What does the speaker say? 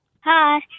Hi